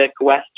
west